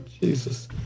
Jesus